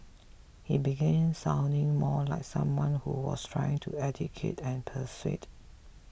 he began sounding more like someone who was trying to educate and persuade